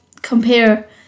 compare